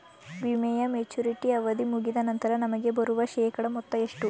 ವಿಮೆಯ ಮೆಚುರಿಟಿ ಅವಧಿ ಮುಗಿದ ನಂತರ ನಮಗೆ ಬರುವ ಶೇಕಡಾ ಮೊತ್ತ ಎಷ್ಟು?